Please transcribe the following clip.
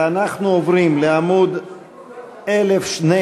ואנחנו עוברים לעמוד 1012,